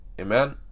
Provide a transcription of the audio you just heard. Amen